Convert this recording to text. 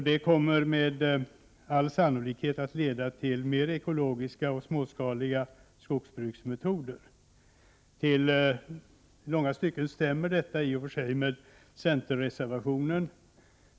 Det skulle med all sannolikhet leda till mer ekologiska och småskaliga skogsbruksmetoder. I långa stycken överensstämmer denna uppfattning med vad som framförs i centerreservationen.